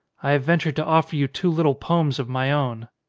i have ventured to offer you two little poems of my own.